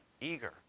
eager